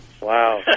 Wow